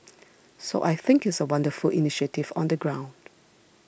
so I think it's a wonderful initiative on the ground